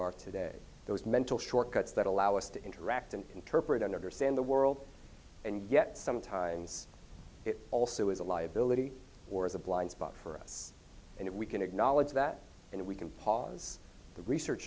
are today those mental shortcuts that allow us to interact and interpret and understand the world and yet sometimes it also is a liability or is a blind spot for us and if we can acknowledge that and we can pause the research